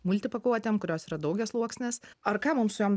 multipakuotėm kurios yra daugiasluoksnės ar ką mum su jom